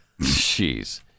Jeez